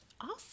Awesome